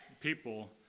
people